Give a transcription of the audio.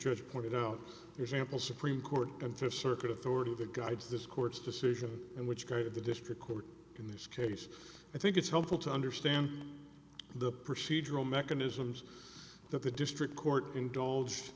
judge pointed out example supreme court and fifth circuit authority that guides this court's decision and which go to the district court in this case i think it's helpful to understand the procedural mechanisms that the district court indulge